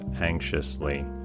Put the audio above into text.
anxiously